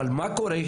אבל מה קורה,